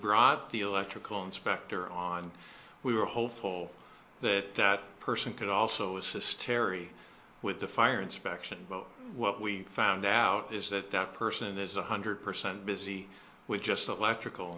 brought the electrical inspector on we were hopeful that that person could also assist terry with the fire inspection but what we found out is that that person is one hundred percent busy with just electrical